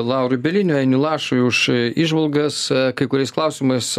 laurui bieliniui ainiui lašui už įžvalgas kai kuriais klausimais